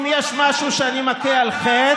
אתה משקר.